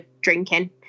drinking